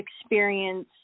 experience